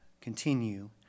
continue